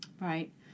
Right